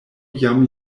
jam